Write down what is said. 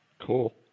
Cool